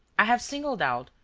i have singled out,